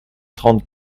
trente